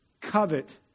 covet